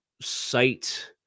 site